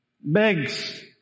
begs